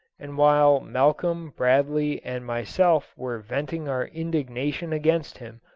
and while malcolm, bradley, and myself were venting our indignation against him,